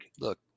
Look